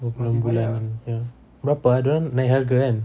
berbulan-bulan ya berapa ah dia orang naik harga kan